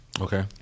Okay